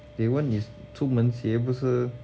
that one is 出门鞋不是